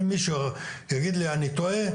אם מישהו יגיד לי שאני טועה,